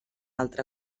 altra